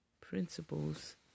principles